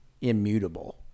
immutable